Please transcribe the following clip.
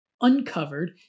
uncovered